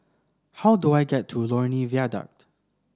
how do I get to Lornie Viaduct